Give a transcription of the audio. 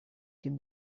can